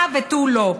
הא ותו לא.